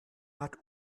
hat